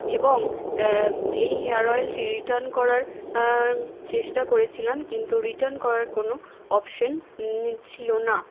এবং এই হেয়ার অয়েলটি রিটান করার চেষ্টা করেছিলাম কিন্তু রিটান করার কোনও অপসেন ছিলো না